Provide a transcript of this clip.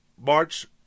March